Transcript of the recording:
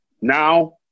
Now